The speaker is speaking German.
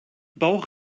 bauch